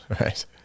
right